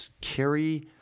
carry